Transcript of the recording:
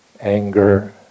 Anger